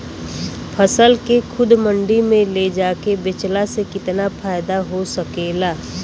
फसल के खुद मंडी में ले जाके बेचला से कितना फायदा हो सकेला?